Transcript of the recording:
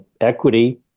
equity